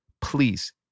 please